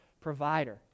provider